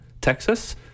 Texas